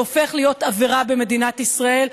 שהופך להיות עבירה במדינת ישראל,